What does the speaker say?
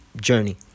journey